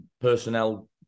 personnel